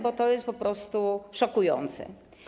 Bo to jest po prostu szokujące.